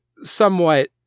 somewhat